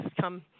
come